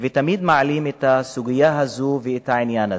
ותמיד מעלים את הסוגיה הזו ואת העניין הזה.